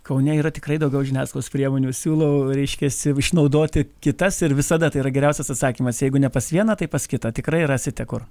kaune yra tikrai daugiau žiniasklaidos priemonių siūlau reiškiasi išnaudoti kitas ir visada tai yra geriausias atsakymas jeigu ne pas vieną tai pas kitą tikrai rasite kur